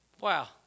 Wow